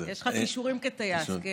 יש לך כישורים כטייס.